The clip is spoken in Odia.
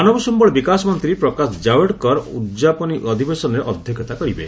ମାନବ ସମ୍ଭଳ ବିକାଶ ମନ୍ତ୍ରୀ ପ୍ରକାଶ କାଭ୍ଡେକର ଉଦ୍ଯାପନୀ ଅଧିବେଶନରେ ଅଧ୍ୟକ୍ଷତା କରିବେ